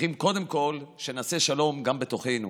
צריכים קודם כול שנעשה שלום גם בתוכנו,